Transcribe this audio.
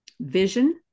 vision